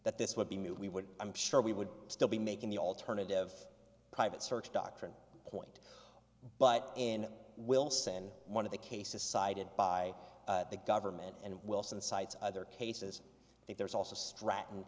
that this would be moot we would i'm sure we would still be making the alternative private search doctrine point but in wilson one of the cases cited by the government and wilson cites other cases i think there is also stratton